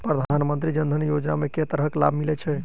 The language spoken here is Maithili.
प्रधानमंत्री जनधन योजना मे केँ तरहक लाभ मिलय छै?